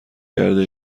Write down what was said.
کرده